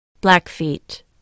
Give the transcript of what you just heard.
Blackfeet